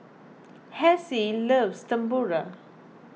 Hezzie loves Tempura